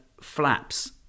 flaps